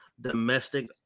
Domestic